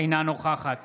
אינה נוכחת